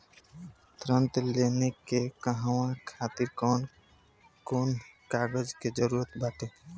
ऋण लेने के कहवा खातिर कौन कोन कागज के जररूत बाटे?